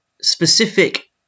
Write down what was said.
specific